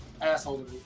asshole